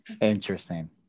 Interesting